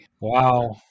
Wow